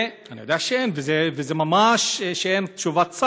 הוא, אין לנו תשובה.